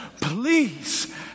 Please